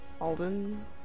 Alden